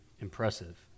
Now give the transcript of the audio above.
impressive